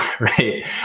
Right